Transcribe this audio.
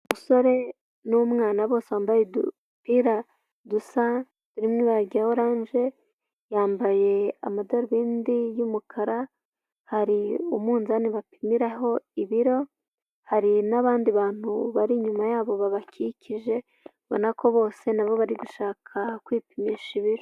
Umusore n'umwana bose wambaye udupira dusa n'ibara rya orange yambaye amadarubindi y'umukara hari umwunzani bapimiraho ibiro hari n'abandi bantu bari inyuma yabo babakikije ubona ko bose nabo bari gushaka kwipimisha ibiro.